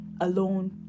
alone